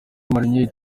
mourinho